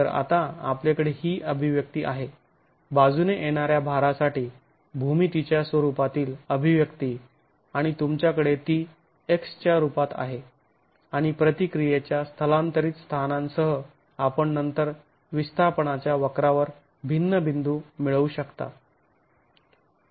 तर आता आपल्याकडे ही अभिव्यक्ती आहे बाजूने येणाऱ्या भारासाठी भूमितीच्या स्वरूपातील अभिव्यक्ती आणि तुमच्याकडे ती x च्या रूपात आहे आणि प्रतिक्रियेच्या स्थलांतरित स्थानांसह आपण नंतर विस्थापनाच्या वक्रावर भिन्न बिंदू मिळू शकता